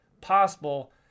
possible